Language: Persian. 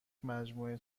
مجموعه